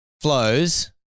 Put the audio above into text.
flows